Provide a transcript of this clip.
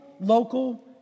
local